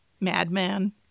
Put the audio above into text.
madman